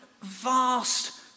vast